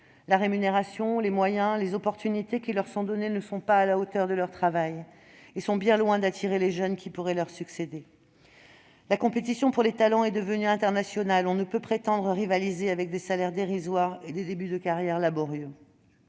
la rémunération, les moyens et les opportunités qui leur sont donnés ne sont pas à la hauteur de leur travail, et bien loin d'attirer les jeunes qui pourraient leur succéder. La compétition pour les talents est devenue internationale et on ne peut prétendre rivaliser avec des salaires dérisoires et des débuts de carrière laborieux.